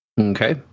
okay